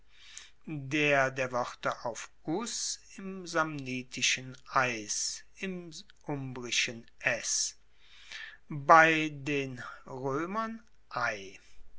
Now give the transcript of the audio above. der der woerter auf us im samnitischen eis im umbrischen es bei den roemern ei